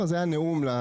לא, זה היה נאום לתקשורת.